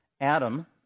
Adam